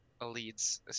elites